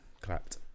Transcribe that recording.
clapped